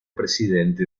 presidente